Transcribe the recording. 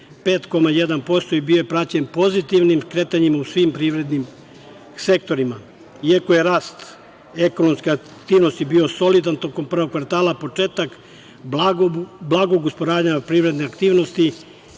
5,1% i bio je praćen pozitivnim kretanjem u svim privrednim sektorima, iako je rast ekonomske aktivnosti bio solidan tokom prvog kvartala, početak blagog usporavanja privredne aktivnosti,